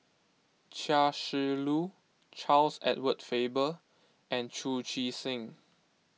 Chia Shi Lu Charles Edward Faber and Chu Chee Seng